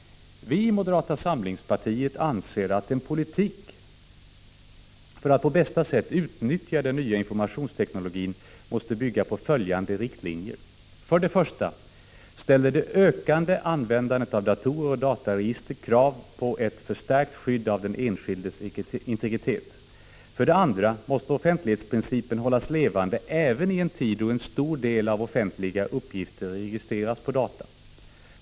Vi i moderata samlingspartiet anser att en politik där man på bästa sätt utnyttjar den nya informationsteknologin måste bygga på följande riktlinjer: För det första ställer det ökande användandet av datorer och dataregister krav på ett förstärkt skydd av den enskildes integritet. För det andra måste offentlighetsprincipen hållas levande även i en tid då en stor del av offentliga uppgifter registreras på data.